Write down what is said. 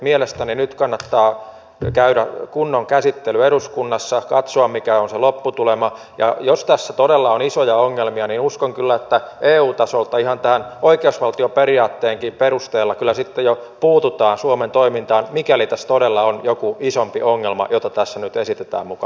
mielestäni nyt kannattaa käydä kunnon käsittely eduskunnassa katsoa mikä on se lopputulema ja jos tässä todella on isoja ongelmia niin uskon kyllä että eu tasolta ihan tämän oikeusvaltion periaatteenkin perusteella sitten jo kyllä puututaan suomen toimintaan mikäli tässä todella on joku isompi ongelma jota tässä nyt esitetään muka olevan